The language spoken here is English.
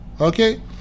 Okay